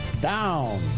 down